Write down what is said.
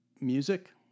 music